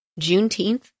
Juneteenth